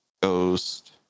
Ghost